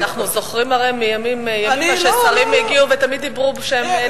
אנחנו זוכרים הרי מימים ימימה ששרים הגיעו ותמיד דיברו שהם נגד,